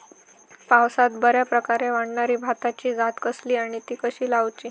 पावसात बऱ्याप्रकारे वाढणारी भाताची जात कसली आणि ती कशी लाऊची?